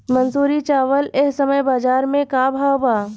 मंसूरी चावल एह समय बजार में का भाव बा?